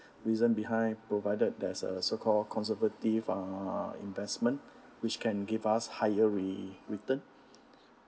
reason behind provided there's a so called conservative uh investment which can give us higher re~ return